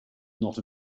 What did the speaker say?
not